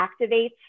activates